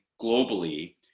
globally